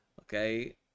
okay